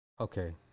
Okay